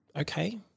okay